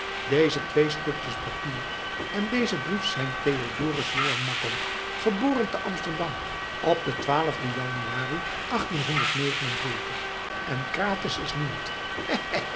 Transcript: deze twee stukjes papier en deze brief zijn theodorus johan makko geboren te amsterdam op den den januari en krates is niemand